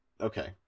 okay